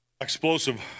Explosive